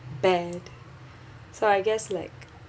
bad so I guess like